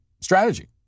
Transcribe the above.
strategy